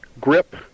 grip